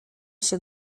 się